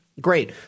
great